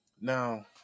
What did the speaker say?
Now